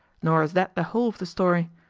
nor is that the whole of the story.